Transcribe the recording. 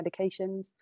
medications